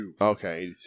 Okay